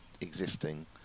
existing